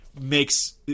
makes